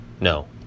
No